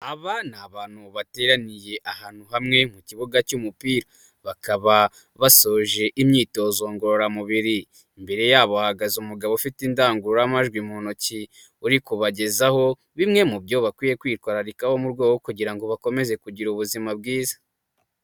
Aba ni abantu bateraniye ahantu hamwe mu kibuga cy'umupira, bakaba basoje imyitozo ngororamubiri. Imbere yabo hahagaze umugabo ufite indangururamajwi mu ntoki, uri kubagezaho, bimwe mu byo bakwiye kwitwararikaho mu rwego rwo kugira ngo bakomeze kugira ubuzima bwiza.